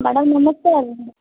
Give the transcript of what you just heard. madam ନମସ୍କାର